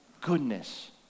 goodness